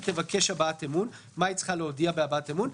ותבקש הבעת אמון." מה היא צריכה להודיע בהבעת אמון?